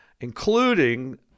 including